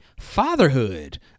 fatherhood